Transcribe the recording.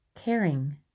caring